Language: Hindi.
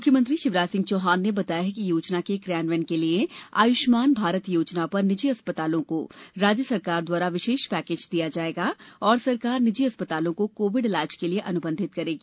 मुख्यमंत्री शिवराज सिंह चौहान ने बताया कि योजना के क्रियान्वयन के लिए आयुष्मान भारत योजना पर निजी अस्पतालों को राज्य सरकार द्वारा विशेष पैकेज दिया जाएगा और सरकार निजी अस्पतालों को कोविड इलाज के लिए अनुबंधित करेगी